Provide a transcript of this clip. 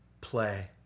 play